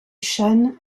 shan